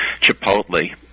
Chipotle